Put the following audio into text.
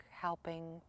helping